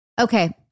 Okay